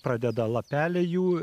pradeda lapeliai jų